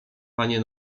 panie